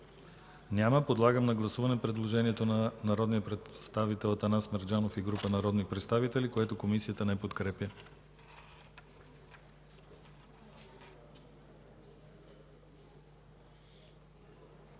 Няма. Подлагам на гласуване предложението на народния представител Атанас Мерджанов и група народни представители, което Комисията не подкрепя.